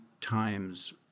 times